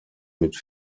mit